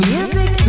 Music